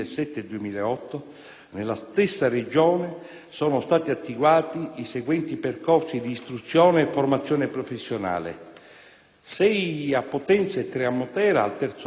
nella stessa Regione sono stati attivati i seguenti percorsi di istruzione e formazione professionale: sei a Potenza e tre a Matera al terzo anno del primo ciclo,